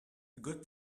good